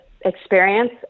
experience